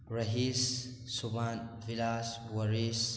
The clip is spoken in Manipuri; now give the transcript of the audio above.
ꯔꯍꯤꯁ ꯁꯨꯚꯥꯟ ꯕꯤꯂꯥꯁ ꯋꯥꯔꯤꯁ